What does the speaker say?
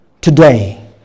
today